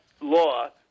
law